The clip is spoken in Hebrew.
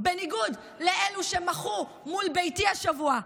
לאלו שמחו מול ביתי השבוע,